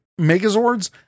Megazords